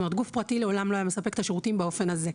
כלומר גוף פרטי לעולם לא היה מספק את השירותים באופן הזה.